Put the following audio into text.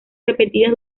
repetidas